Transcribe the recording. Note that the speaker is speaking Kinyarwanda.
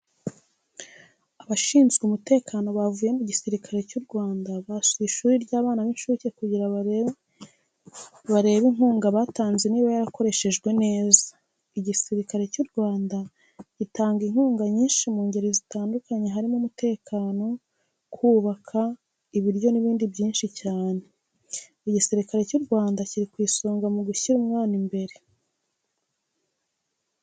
Abashinzwe umutekano bavuye mu gisirikare cy'u Rwanda basuye ishuri ry'abana b'incuke kugira barebe inkunga batanze niba yarakoreshejwe neza. Igisirikare cy'u Rwanda gitanga inkunga nyinshi mu ngeri zitandukanye harimo umutekano, kubaka, ibiryo n'ibindi byinshi cyane. Igisirikare cy'u Rwanda kiri ku isonga mu gushyira umwana imbere.